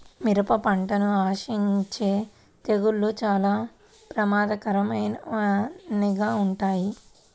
మిరప పంటను ఆశించే తెగుళ్ళు చాలా ప్రమాదకరమైనవిగా ఉంటాయి